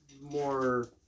more